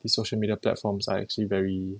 the social media platforms are actually very